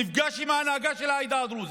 נפגש עם ההנהגה של העדה הדרוזית,